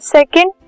Second